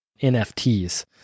NFTs